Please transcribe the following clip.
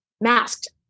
masked